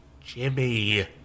Jimmy